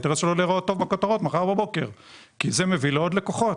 האינטרס שלו להיראות טוב בכותרות מחר בבוקר כי זה מביא לו עוד לקוחות.